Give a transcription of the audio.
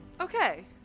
Okay